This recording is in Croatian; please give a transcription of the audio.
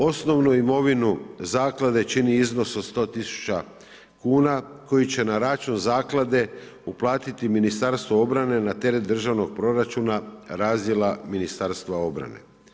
Osnovnu imovinu zaklade čini iznos od 100.000 kuna koji će na račun zaklade uplatiti Ministarstvo obrane na teret državnog proračuna razdjela Ministarstva obrane.